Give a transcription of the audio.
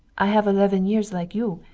i have eleven years like you,